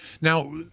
Now